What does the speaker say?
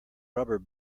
rubber